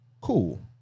Cool